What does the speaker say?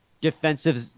Defensive